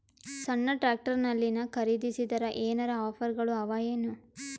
ಸಣ್ಣ ಟ್ರ್ಯಾಕ್ಟರ್ನಲ್ಲಿನ ಖರದಿಸಿದರ ಏನರ ಆಫರ್ ಗಳು ಅವಾಯೇನು?